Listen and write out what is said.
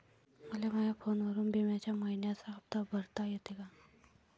मले माया फोनवरून बिम्याचा मइन्याचा हप्ता भरता येते का?